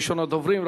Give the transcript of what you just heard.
ראשון הדוברים,